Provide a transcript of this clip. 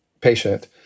patient